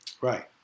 right